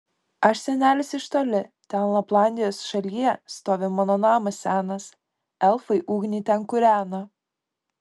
aš senelis iš toli ten laplandijos šalyje stovi mano namas senas elfai ugnį ten kūrena